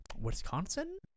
Wisconsin